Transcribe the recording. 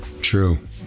true